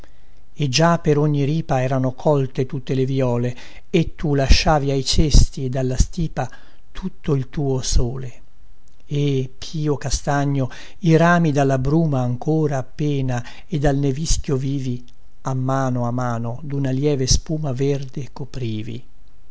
e già per ogni ripa erano colte tutte le vïole e tu lasciavi ai cesti ed alla stipa tutto il tuo sole e pio castagno i rami dalla bruma ancora appena e dal nevischio vivi a mano a mano duna lieve spuma verde coprivi